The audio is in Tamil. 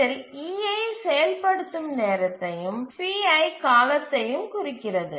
இதில் ei செயல்படுத்தும் நேரத்தையும் pi காலத்தையும் குறிக்கிறது